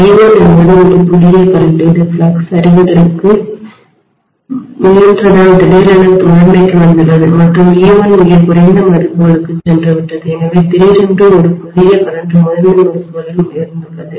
I1 என்பது ஒரு புதிய கரண்ட் இது ஃப்ளக்ஸ் சரிவதற்கு முயன்றதால் திடீரென முதன்மைக்கு வந்துள்ளது மற்றும் e1 மிகக் குறைந்த மதிப்புகளுக்குச் சென்றுவிட்டது எனவே திடீரென்று ஒரு புதிய கரண்ட் முதன்மை முறுக்குகளில் உயர்ந்ததுள்ளது